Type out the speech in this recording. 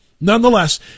nonetheless